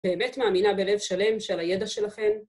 באמת מאמינה בלב שלם שעל הידע שלכם